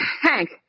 Hank